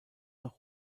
noch